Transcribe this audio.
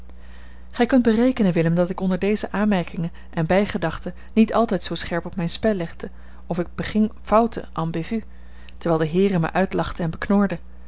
gij kunt berekenen willem dat ik onder deze aanmerkingen en bijgedachten niet altijd zoo scherp op mijn spel lette of ik beging fouten en bévues terwijl de heeren mij uitlachten en